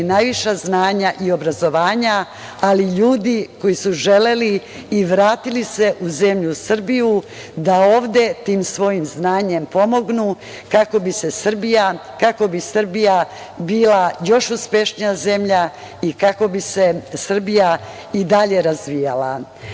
najviša znanja i obrazovanja, ali i ljudi koji su želeli i vratili se u zemlju Srbiju, da ovde tim svojim znanjem pomognu, kako bi Srbija bila još uspešnija zemlja i kako bi se Srbija i dalje razvijala. Ono